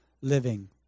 living